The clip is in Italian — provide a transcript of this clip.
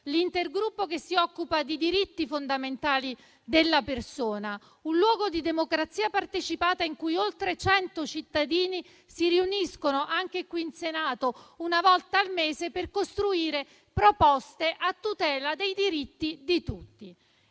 presiedere, che si occupa di diritti fondamentali della persona, un luogo di democrazia partecipata in cui oltre 100 cittadini si riuniscono anche qui in Senato, una volta al mese, per costruire proposte a tutela dei diritti di tutti.